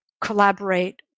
collaborate